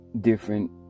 Different